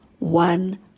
one